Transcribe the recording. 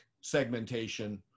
segmentation